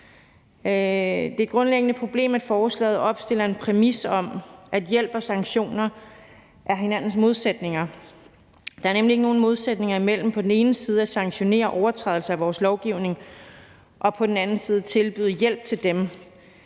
er grundlæggende et problem, at lovforslaget opstiller en præmis om, at hjælp og sanktioner er hinandens modsætninger. Der er nemlig ikke nogen modsætning mellem på den ene side at sanktionere overtrædelser af vores lovgivning og på den anden side tilbyde hjælp til dem,